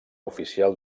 oficial